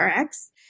Rx